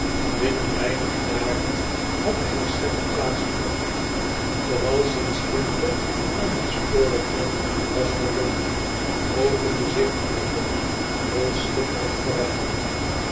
innen weinige jaren had de herschepping plaats gevonden ooral sints wenthe aan het spoorwegnet was verbonden opende zich een toekomst vol schitterende verwachtingen